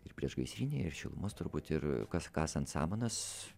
ir priešgaisrinė ir šilumos truputį ir kas kasant samanas